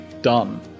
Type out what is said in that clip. done